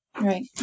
Right